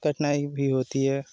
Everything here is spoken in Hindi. कठिनाई भी होती है